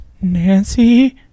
Nancy